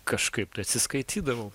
kažkaip tai atsiskaitydavau